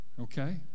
okay